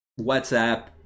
WhatsApp